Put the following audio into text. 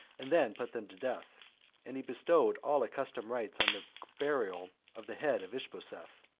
and then put them to death and he bestowed all accustomed rites on the burial of the head of ishbosheth,